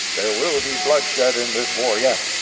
there will be bloodshed in this war yet.